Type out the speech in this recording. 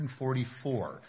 144